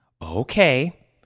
Okay